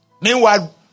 Meanwhile